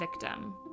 victim